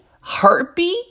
Heartbeat